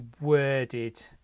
worded